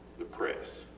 the press,